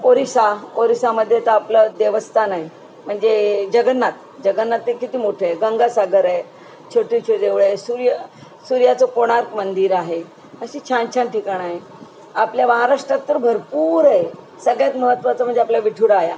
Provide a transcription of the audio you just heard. ओरिसा ओरिसामध्ये तर आपलं देवस्थाने म्हणजे जगन्नाथ जगन्नाथ हे किती मोठे आहे गंगासागर आहे छोटेछोटे देऊळं सूर्य सूर्याचं कोणार्क मंदिर आहे अशी छान छान ठिकाणं आहे आपल्या महाराष्ट्रात तर भरपूर आहे सगळ्यात महत्त्वाचं म्हणजे आपला विठुराया